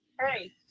Hey